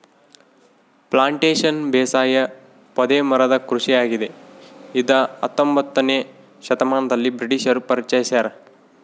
plantation ಬೇಸಾಯ ಪೊದೆ ಮರದ ಕೃಷಿಯಾಗಿದೆ ಇದ ಹತ್ತೊಂಬೊತ್ನೆ ಶತಮಾನದಲ್ಲಿ ಬ್ರಿಟಿಷರು ಪರಿಚಯಿಸ್ಯಾರ